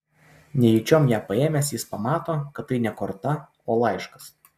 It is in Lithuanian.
nejučiom ją paėmęs jis pamato kad tai ne korta o laiškas